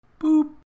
boop